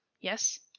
Yes